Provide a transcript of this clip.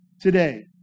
today